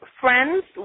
friends